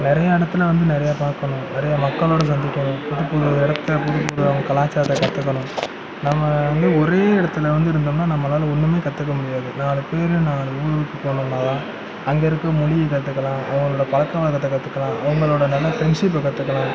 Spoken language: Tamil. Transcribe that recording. நிறையா இடத்துல வந்து நிறையா பார்க்கணும் நிறையா மக்களோட சந்திக்கணும் புது புது இடத்த புது புது அவங்க கலாச்சாரத்தை கற்றுக்கணும் நம்ம வந்து ஒரே இடத்துல வந்து இருந்தம்னா நம்மளால் ஒன்றுமே கற்றுக்க முடியாது நாலு பேர் நாலு ஊர் போனம்னாதான் அங்கே இருக்க மொழியை கற்றுக்கலாம் அவங்களோட பழக்க வழக்கத்தை கற்றுக்கலாம் அவங்களோட நல்ல ஃப்ரெண்ட்ஷிப்போ கற்றுக்கலாம்